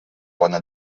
bona